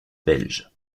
belge